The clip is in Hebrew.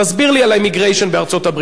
תסביר לי על ה-immigration בארצות-הברית.